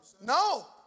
No